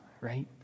right